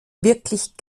wirklich